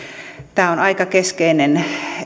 tämä on aika keskeinen